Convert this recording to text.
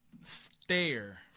stare